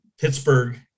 Pittsburgh